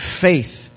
faith